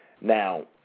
Now